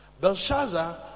Belshazzar